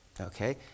okay